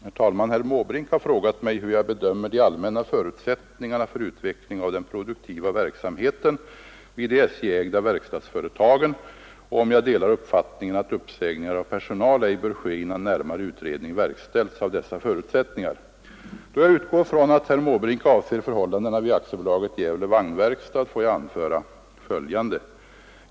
Herr talman! Herr Måbrink har frågat mig hur jag bedömer de allmänna förutsättningarna för utveckling av den produktiva verksamheten vid de SJ-ägda verkstadsföretagen och om jag delar uppfattningen att uppsägningar av personal ej bör ske innan närmare utredning verkställts av dessa förutsättningar. Då jag utgår från att herr Måbrink avser förhållandena vid AB Gävle Vagnverkstad, får jag anföra följande.